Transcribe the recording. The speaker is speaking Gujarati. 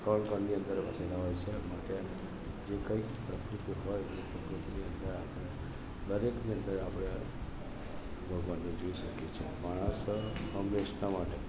કણ કણની અંદર વસેલા હોય સે માટે જે કંઈ પ્રકૃતિ હોય એ પ્રકૃતિની અંદર આપણે દરેકની અંદર આપણે ભગવાનને જોઈ શકીએ છે પણ આસ હંમેશના માટે